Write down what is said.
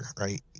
right